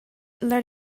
let